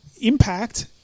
impact